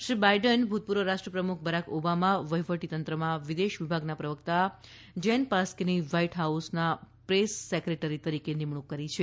Shri Biden ભૂતપૂર્વ રાષ્ર્ પ્રમુખ બરાક ઓબામા વહિવટી તંત્રમાં વિદેશ વિભાગના પ્રવક્તા જેન પાસ્કીની વ્હાઈટ હાઉસના પ્રેસ સેક્રેટરી તરીકે નિમણૂક કરી છે